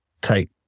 take